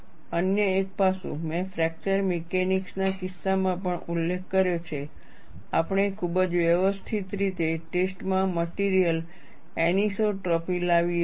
અન્ય એક પાસું મેં ફ્રેક્ચર મિકેનિક્સ ના કિસ્સામાં પણ ઉલ્લેખ કર્યો છે આપણે ખૂબ જ વ્યવસ્થિત રીતે ટેસ્ટમાં મટિરિયલ એનિસોટ્રોપી લાવીએ છીએ